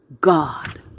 God